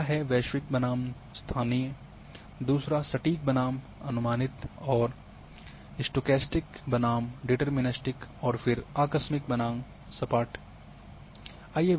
पहला है वैश्विक बनाम स्थानीय दूसरा सटीक बनाम अनुमानित और स्टोकेस्टिक बनाम डीटर्मीनिस्टिक और फिर आकस्मिक बनाम सपाट है